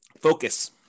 Focus